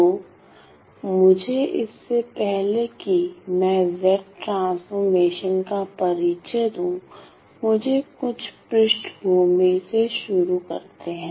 तो मुझे इससे पहले कि मैं Z ट्रांसफ़ॉर्मेशन का परिचय दूं मुझे कुछ पृष्ठभूमि से शुरू करते हैं